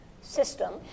system